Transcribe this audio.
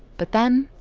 but then,